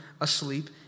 asleep